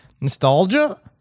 nostalgia